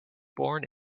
born